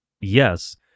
Yes